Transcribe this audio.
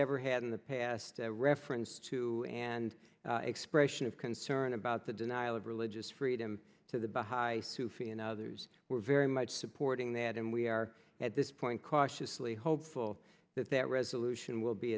ever had in the past a reference to and expression of concern about the denial of religious freedom to the behi to feel and others were very much supporting that and we are at this point cautiously hopeful that that resolution will be